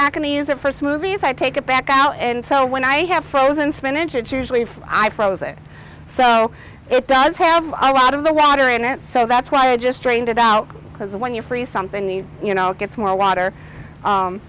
not going to use it for smoothies i take it back out and so when i have frozen spinach it's usually if i froze it so it does have a lot of the water in it so that's why i just drained it out because when you're free something you know gets more water